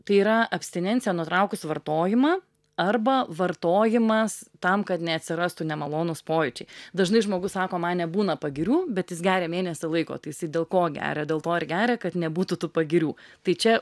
tai yra abstinencija nutraukus vartojimą arba vartojimas tam kad neatsirastų nemalonūs pojūčiai dažnai žmogus sako man nebūna pagirių bet jis geria mėnesį laiko tai jisai dėl ko geria dėl to ir geria kad nebūtų tų pagirių tai čia